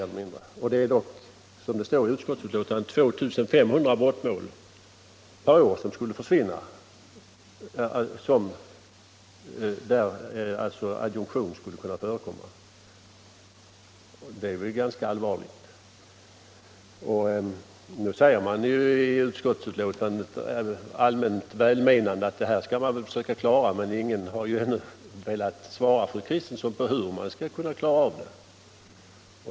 Enligt utskottsbetänkandet är det 2 500 brottmål där adjunktion skulle kunna förekomma och som nu försvinner från utbildningen. Det är ändå ganska allvarligt. I utskottsbetänkandet säger man allmänt väl menande att man skall försöka klara det här, men ingen har ännu velat svara fru Kristensson på frågan hur man skall klara det.